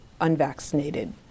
unvaccinated